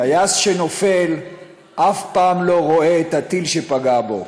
טייס שנופל אף פעם לא רואה את הטיל שפגע בו.